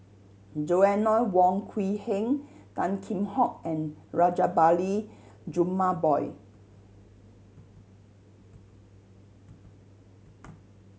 Joanna Wong Quee Heng Tan Kheam Hock and Rajabali Jumabhoy